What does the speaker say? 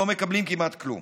לא מקבלים כמעט כלום.